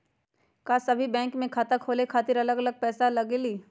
का सभी बैंक में खाता खोले खातीर अलग अलग पैसा लगेलि?